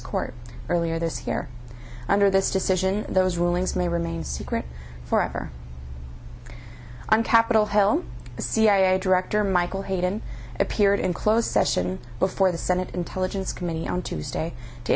court earlier this year under this decision those rulings may remain secret forever on capitol hill as cia director michael appeared in closed session before the senate intelligence committee on tuesday to